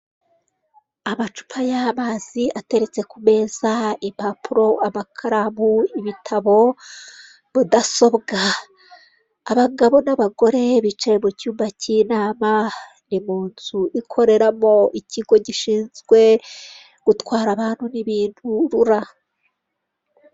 Amacupa y'amazi ateretse ku meza impapuro, abakarabu, ibitabo, mudasobwa, abagabo n'abagore bicaye mu cyumba cy'inama ni mu nzu ikoreramo ikigo gishinzwe gutwara abantu n'ibintu rura.